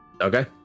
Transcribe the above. okay